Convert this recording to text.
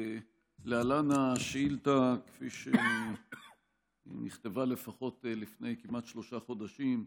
להלן השאילתה כפי שנכתבה לפחות לפני כמעט שלושה חודשים: